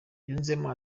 yunzemo